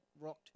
rocked